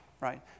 right